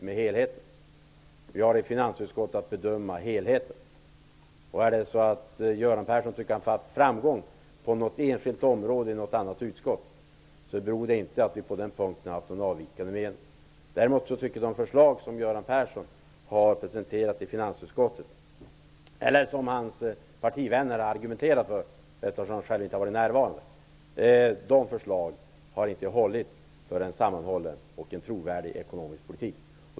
I finansutskottet har vi att bedöma helheten. Är det så, att Göran Persson har haft framgång på något enskilt område i något annat utskott beror det inte på att finansutskottet haft någon avvikande mening i det avseendet. Däremot har de förslag som Göran persson har presenterat i finansutskottet -- eller rättare sagt de förslag som hans partivänner har argumenterat för, eftersom han själv inte har varit närvarande -- inte hållit för en sammanhållen och trovärdig ekonomisk politik.